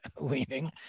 leaning